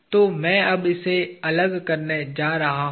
तो मैं अब इसे अलग करने जा रहा हूँ